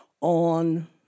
on